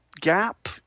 gap